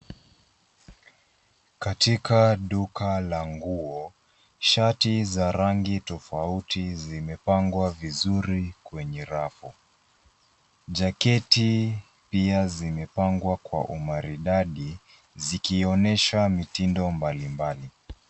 Katika duka la nguo, shati za rangi tofauti zimepangwa vizuri kwenye rafu. Jaketi pia zimepangwa kwa umaridadi zikionyesha mitindo mbalimbali.